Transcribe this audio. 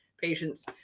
patients